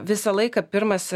visą laiką pirmas